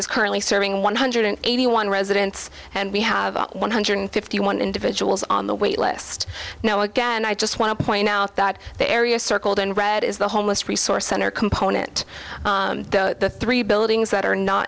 is currently serving one hundred eighty one residents and we have one hundred fifty one individuals on the waitlist now again i just want to point out that the area circled in red is the homeless resource center component the three buildings that are not